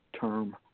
term